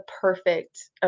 perfect